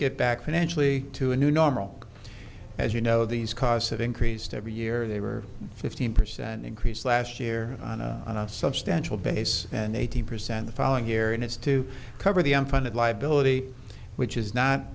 get back financially to a new normal as you know these costs have increased every year they were fifteen percent increase last year on a substantial base and eighty percent the following year and it's to cover the unfunded liability which is not